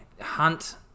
Hunt